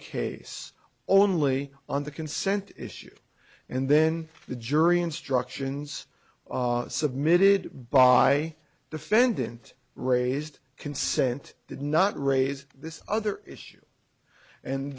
case only on the consent issue and then the jury instructions submitted by defendant raised consent did not raise this other issue and